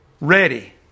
ready